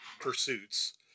pursuits